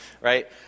right